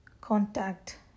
contact